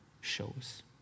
shows